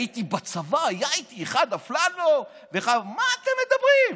הייתי בצבא, היה איתי אחד אפללו, מה אתם מדברים?